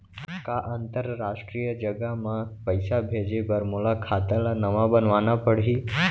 का अंतरराष्ट्रीय जगह म पइसा भेजे बर मोला खाता ल नवा बनवाना पड़ही?